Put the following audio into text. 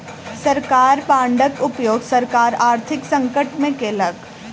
सरकारी बांडक उपयोग सरकार आर्थिक संकट में केलक